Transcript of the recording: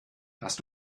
hast